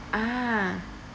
ah